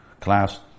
class